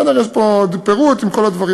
יש פה פירוט עם כל הדברים.